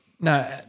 No